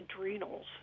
adrenals